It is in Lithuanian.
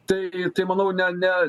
taigi tai manau ne ne